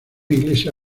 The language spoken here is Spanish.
iglesia